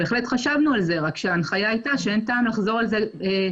בהחלט חשבנו על זה אלא שההנחיה הייתה שאין טעם לחזור על זה פעמיים.